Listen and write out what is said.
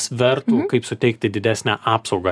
svertų kaip suteikti didesnę apsaugą